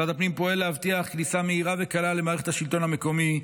משרד הפנים פועל להבטיח כניסה מהירה וקלה למערכת השלטון המקומי,